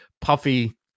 puffy